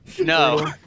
No